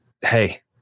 hey